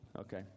Okay